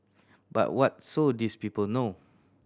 but what so these people know